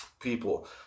people